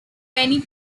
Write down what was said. many